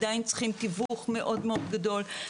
עדיין צריכים תיווך מאוד מאוד גדול,